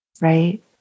right